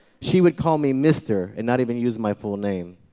she would call me mister and not even use my full name.